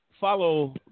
follow